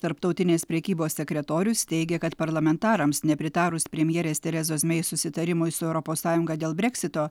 tarptautinės prekybos sekretorius teigė kad parlamentarams nepritarus premjerės terezos mei susitarimui su europos sąjunga dėl breksito